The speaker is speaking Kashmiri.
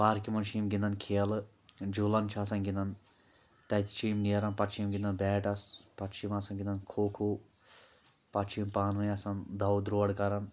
پارکہِ منٛز چھِ یِم گِندان کھیلہٕ جوٗلن چھِ آسان گِنٛدان تتہِ چھِ یِم نیران پتہٕ چھِ یِم گِنٛدان بیٹس پتہٕ چھِ یِم آسان گِنٛدان کھو کھو پتہٕ چھِ یِم پانہٕ ؤنۍ آسان دو درور کران